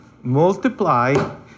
multiply